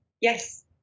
yes